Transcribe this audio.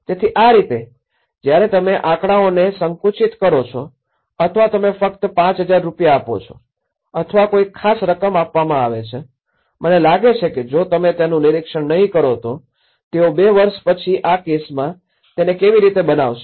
તેથી આ રીતે જ્યારે તમે આંકડાઓને સંકુચિત કરો છો અથવા તમે ફક્ત ૫૦૦૦ રૂપિયા આપો છો અથવા કોઈ ખાસ રકમ આપવામાં આવે છે મને લાગે છે કે જો તમે તેનું નિરીક્ષણ નહીં કરો તો તેઓ બે વર્ષ પછી આ કેસમાં તેને કેવી રીતે બનાવશે